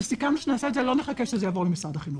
וסיכמנו שנעשה את זה ולא נחכה שזה יעבור למשרד הבריאות.